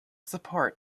support